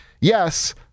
yes